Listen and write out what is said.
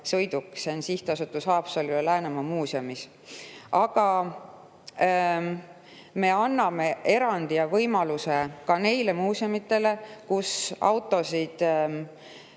See on Sihtasutuses Haapsalu ja Läänemaa Muuseumid. Aga me anname erandivõimaluse ka neile muuseumidele, kus autosid